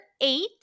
eight